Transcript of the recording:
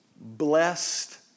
Blessed